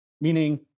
Meaning